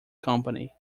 company